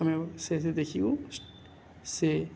ଆମେ ସେଠି ଦେଖିବୁ ସେ